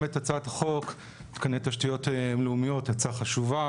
באמת הצעת החוק מתקני תשתיות לאומיות היא הצעה חשובה.